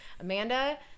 amanda